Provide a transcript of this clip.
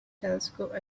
telescope